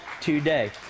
today